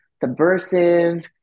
subversive